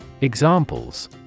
Examples